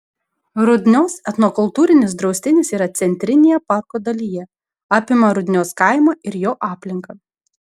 rudnios etnokultūrinis draustinis yra centrinėje parko dalyje apima rudnios kaimą ir jo aplinką